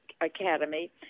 Academy